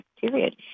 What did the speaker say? period